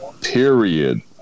period